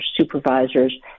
supervisors